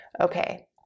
Okay